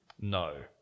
no